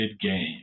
game